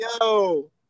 Yo